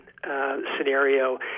scenario